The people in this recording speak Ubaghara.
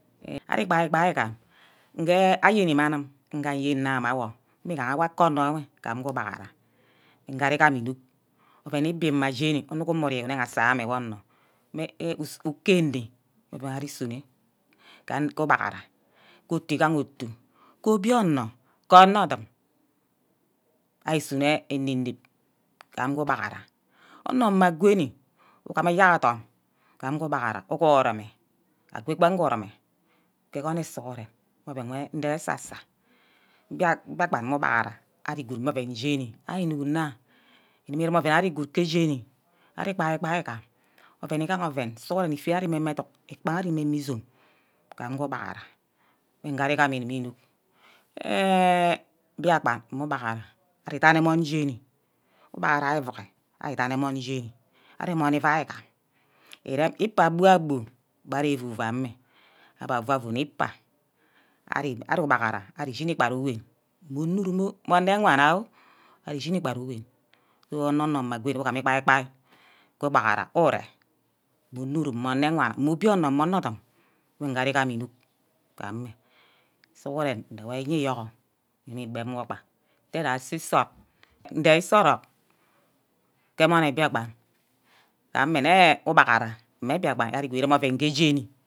Ari igbai-gbai igam, ngwe ayene mme mma anim wor nge agene mme awor, mme igaha uwaka anor wor ku ubaghara, nge igam inuck oven igbi mma jeni onor whonu uguma unege asa-mme mwonor ukende mme oven ari sune ke ubaghara ke otu-igaha otu, ke obio onor ke onor odum, ari isune ene-nep gam ge ugbaghara, onor mma gwoni ugem eyeha adorn gam gu ubaghara uguhu-meh ago gbang gurume ke eguni sughuren, mme opven nwe ndege esa-sa, mbiakpan mme ubaghara arigood mme oven jeni, ari enuck nna ugume irem ari good ke jeni, ari igbai-gbai igam, oven igaha oven sughuren nnifed ari mme edunck, igbaha ari mme izome gam ke ubaghara mme nge ari igame ugubu unug enh biakpan mme ugaghara ari idan emon jeni ubaghara evuroh ari idan emon jeni, ari emon ivai ugam irem ikpa bua-bu gba arear fufu ameh, abba avu- fu nni ikpa ari ubaghara ari sjhin gba nne uwem, mme unurum oh, mme ene wana ojh arishi gba nne uwem. so onor mma gwoni wi igam igbai-bai ku ubaghara ure dunurume, mme enewana, mme obionor, mme odum mme-nge ari igam inuck gameh, sughuren ndewor iye iyourgur nne igbem wor gba nte je asisod, nde iso-orock ke emon mbiakpan gameh nne yene ubaghara mme mbiakpan ari ereme oven geh jeni